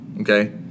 okay